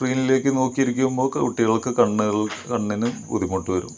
സ്ക്രീനിലേക്ക് നോക്കി ഇരിക്കുമ്പോൾ കുട്ടികൾക്ക് കണ്ണുകൾ കണ്ണിന് ബുദ്ധിമുട്ട് വരും